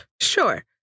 Sure